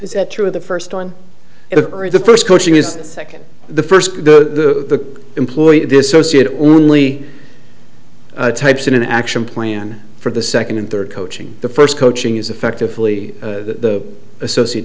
is that true the first one of the first coaching is second the first the employee to dissociate only types in an action plan for the second and third coaching the first coaching is effectively the associate